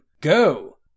go